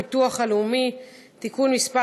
אנחנו עוברים להצעת חוק הביטוח הלאומי (תיקון מס'